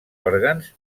òrgans